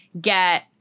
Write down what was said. get